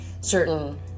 certain